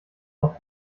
auf